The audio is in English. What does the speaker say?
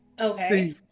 Okay